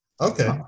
Okay